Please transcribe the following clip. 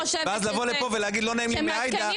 ואז לבוא לכאן ולומר שלא נעים לך מעאידה,